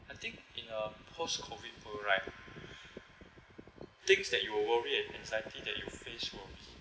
I think in a post COVID world right things that you will worry and anxiety that you face will be